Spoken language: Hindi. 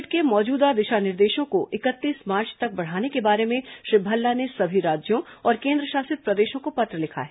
कोविड के मौजूदा दिशा निर्देशों को इकतीस मार्च तक बढ़ाने के बारे में श्री भल्ला ने सभी राज्यों और केंद्रशासित प्रदेशों को पत्र लिखा है